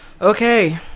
Okay